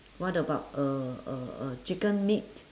what about uh uh uh chicken meat